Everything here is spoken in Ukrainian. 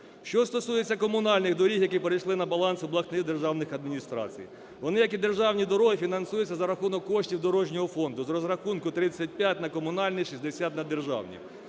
Що стосується комунальних доріг, які перейшли на баланс обласних державних адміністрацій, вони, як і державні дороги, фінансуються за рахунок коштів дорожнього фонду з розрахунку: 35 – на комунальні, 60 – на державні.